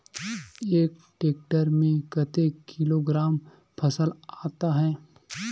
एक टेक्टर में कतेक किलोग्राम फसल आता है?